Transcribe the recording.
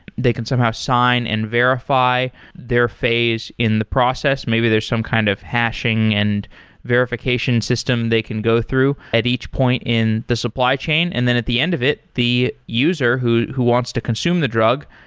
they can somehow sign and verify their face in the process. maybe there's some kind of hashing and verification system they can go through at each point in the supply chain, and then at the end of it, the user who who wants to consume the drug,